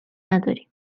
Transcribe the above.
نداریم